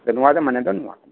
ᱱᱚᱶᱟ ᱨᱮᱭᱟᱜ ᱢᱟᱱᱮ ᱫᱚ ᱱᱚᱶᱟ ᱠᱟᱱᱟ